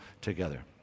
together